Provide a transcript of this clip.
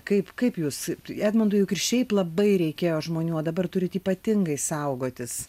kaip kaip jūs edmundui juk ir šiaip labai reikėjo žmonių o dabar turit ypatingai saugotis